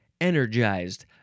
energized